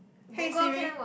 hey Siri